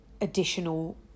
additional